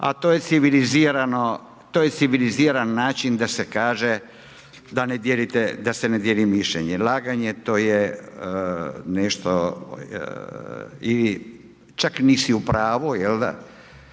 A to je civiliziran način da se kaže da se ne dijeli mišljenje, laganje, to je nešto i čak nisi u pravu, jel da,